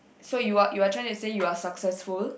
so you are you are trying to say you are successful